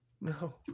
No